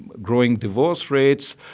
growing divorce rates,